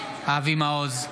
מעוז,